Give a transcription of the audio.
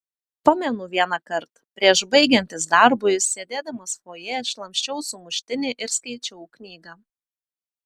pamenu vienąkart prieš baigiantis darbui sėdėdamas fojė šlamščiau sumuštinį ir skaičiau knygą